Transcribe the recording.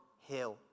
Hill